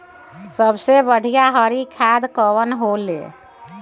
सबसे बढ़िया हरी खाद कवन होले?